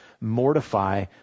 mortify